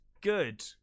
good